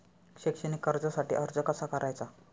शैक्षणिक कर्जासाठी अर्ज कसा करायचा?